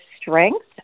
strength